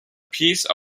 piece